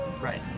right